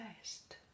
best